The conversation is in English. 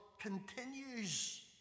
continues